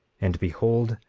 and behold,